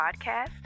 podcast